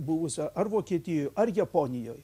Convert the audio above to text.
buvusia ar vokietijoj ar japonijoj